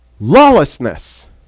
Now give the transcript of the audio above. lawlessness